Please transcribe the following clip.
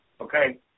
okay